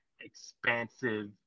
expansive